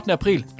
april